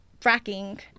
fracking